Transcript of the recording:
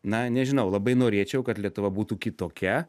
na nežinau labai norėčiau kad lietuva būtų kitokia